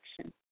action